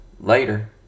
later